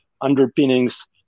underpinnings